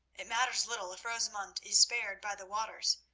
it matters little if rosamund is spared by the waters,